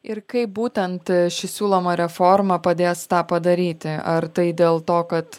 ir kaip būtent ši siūloma reformą padės tą padaryti ar tai dėl to kad